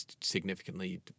significantly